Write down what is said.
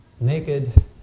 naked